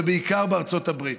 ובעיקר בארצות הברית.